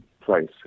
place